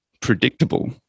predictable